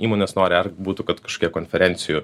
įmonės nori ar būtų kad kažką konferencijų